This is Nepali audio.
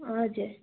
हजुर